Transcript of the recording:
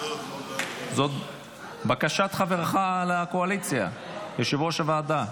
זאת בקשת חברך לקואליציה יושב-ראש הוועדה.